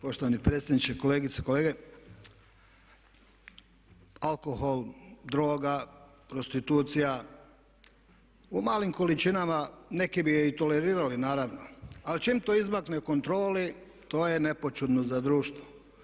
Poštovani predsjedniče, kolegice i kolege, alkohol, droga, prostitucija u malim količinama neki bi je i tolerirali naravno ali čim to izmakne kontroli to je nepoćudno za društvo.